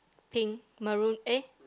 pink maroon eh